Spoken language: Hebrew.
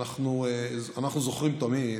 אנחנו זוכרים תמיד